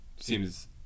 seems